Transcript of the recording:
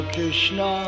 Krishna